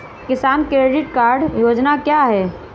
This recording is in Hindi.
किसान क्रेडिट कार्ड योजना क्या है?